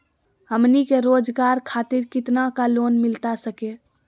हमनी के रोगजागर खातिर कितना का लोन मिलता सके?